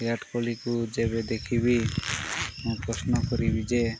ବିରାଟ କୋହଲିକୁ ଯେବେ ଦେଖିବି ମୁଁ ପ୍ରଶ୍ନ କରିବି ଯେ